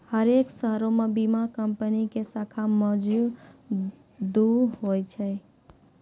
हरेक शहरो मे बीमा कंपनी के शाखा मौजुद होय छै